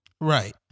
Right